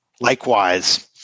Likewise